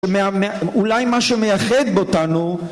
אולי משהו מייחד בו אותנו